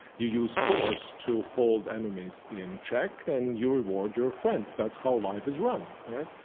you use force to hold enemies in check, and you reward your friends. that's how life is run, right?